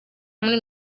muri